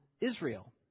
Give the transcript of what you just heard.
Israel